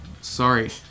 Sorry